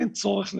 אין צורך למעשה,